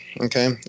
okay